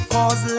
Cause